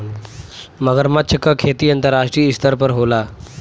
मगरमच्छ क खेती अंतरराष्ट्रीय स्तर पर होला